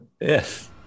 Yes